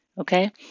okay